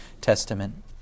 Testament